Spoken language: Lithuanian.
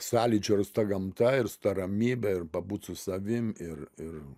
sąlyčio ir su ta gamta ir su ta ramybe ir pabūt su savim ir ir